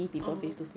oh